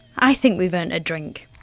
i think we've earned a drink?